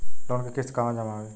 Loan के किस्त कहवा जामा होयी?